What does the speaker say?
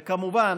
וכמובן,